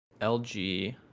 LG